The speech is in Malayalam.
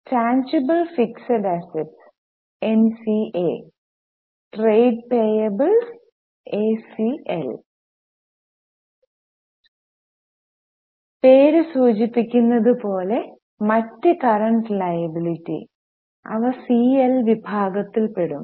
tangible fixed asset N C A trade payables A C L പേര് സൂചിപ്പിക്കുന്നത് പോലെ മറ്റ് കറൻഡ് ലയബിലിറ്റി അവ സി എൽ വിഭാഗത്തിൽ പെടും